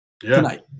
tonight